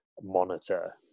monitor